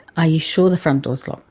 are you sure the front door is locked,